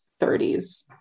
30s